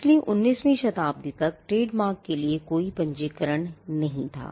इसलिए 19 वीं शताब्दी तक ट्रेडमार्क के लिए कोई पंजीकरण नहीं था